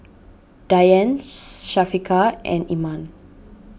Dian Syafiqah and Iman